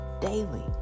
daily